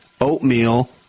oatmeal